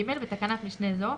(ג) בתקנת משנה זו,